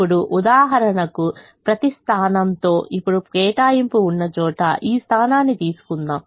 ఇప్పుడు ఉదాహరణకు ప్రతి స్థానంతో ఇప్పుడు కేటాయింపు ఉన్న చోట ఈ స్థానాన్ని తీసుకుందాం